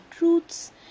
roots